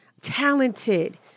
talented